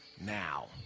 Now